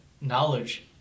knowledge